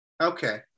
okay